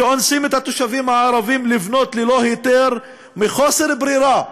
שאונסים את התושבים הערבים לבנות ללא היתר מחוסר ברירה,